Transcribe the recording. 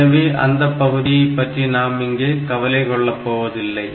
எனவே அந்த பகுதியைப் பற்றி நாம் இங்கே கவலை கொள்ளப்போவதில்லை